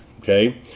okay